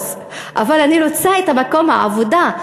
לאוטובוס אבל אני רוצה את מקום העבודה.